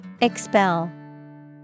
Expel